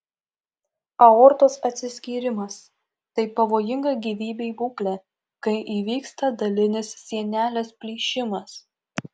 aortos atsiskyrimas tai pavojinga gyvybei būklė kai įvyksta dalinis sienelės plyšimas